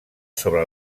sobre